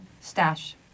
stash